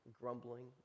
grumbling